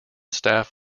staff